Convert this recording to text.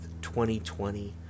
2020